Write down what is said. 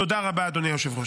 תודה רבה, אדוני היושב-ראש.